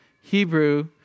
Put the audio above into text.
Hebrew